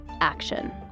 action